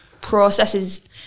processes